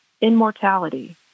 immortality